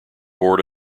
board